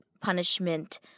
punishment